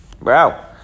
Wow